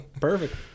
perfect